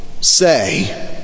say